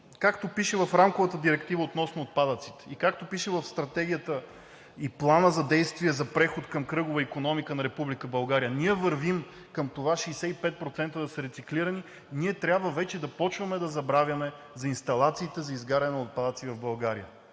както пише в Рамковата директива относно отпадъците и както пише в Стратегията и Плана за действие за преход към кръгова икономика на Република България, ние вървим към това 65% да са рециклирани, вече трябва да започваме да забравяме за инсталациите за изгаряне на отпадъци в България.